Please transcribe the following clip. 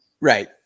Right